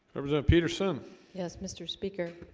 there was a peterson yes mr. speaker